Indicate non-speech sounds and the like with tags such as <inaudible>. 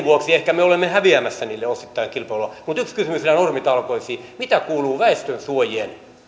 <unintelligible> vuoksi me ehkä olemme häviämässä niille osittain kilpailua mutta yksi kysymys normitalkoista mitä kuuluu väestönsuojien